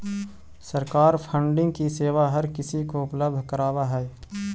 सरकार फंडिंग की सेवा हर किसी को उपलब्ध करावअ हई